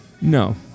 No